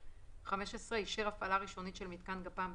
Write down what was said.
אישר הפעלה ראשונית של מיתקן גפ"מ,